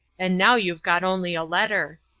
and now you've got only a letter.